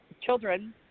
children